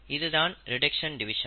இதுதான் reduction division